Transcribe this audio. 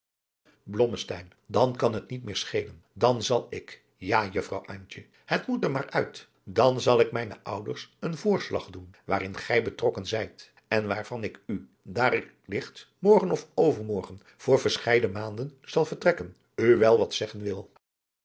dan kan het niet meer schelen dan zal ik ja juffrouw antje het moet er maar uit dan zal ik mijne ouders een voorslag doen waarin gij betrokken zijt en waarvan ik u daar ik ligt morgen of overmorgen voor v rscheiden maanden zal vertrekken u wel wat zeggen wil